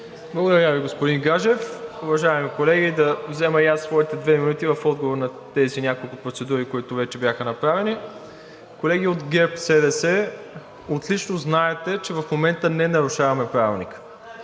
Благодаря Ви, господин Гаджев. Уважаеми колеги, да взема и аз своите две минути в отговор на тези няколко процедури, които вече бяха направени. Колеги от ГЕРБ-СДС, отлично знаете, че в момента не нарушаваме Правилника.